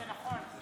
זה נכון.